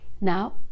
now